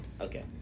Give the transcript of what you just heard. Okay